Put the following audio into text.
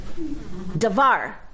Davar